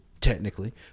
technically